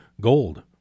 gold